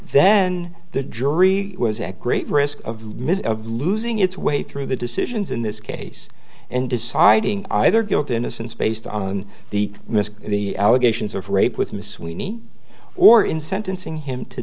then the jury was at great risk of losing its way through the decisions in this case and deciding either guilt innocence based on the missed the allegations of rape with miss we need or in sentencing him to